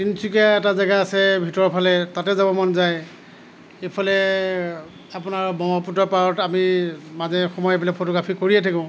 তিনিচুকীয়াৰ এটা জাগা আছে ভিতৰৰ ফালে তাতে যাব মন যায় এইফালে আপোনাৰ ব্ৰহ্মপুত্ৰৰ পাৰত আমি মাজে সময়ে এইবিলাক ফটোগ্ৰাফী কৰিয়ে থাকোঁ